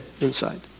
inside